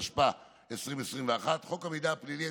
התשפ"א 2021. חוק המידע הפלילי